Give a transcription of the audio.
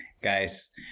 Guys